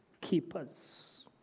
keepers